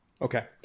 Okay